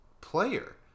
player